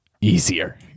easier